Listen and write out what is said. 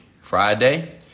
Friday